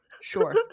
Sure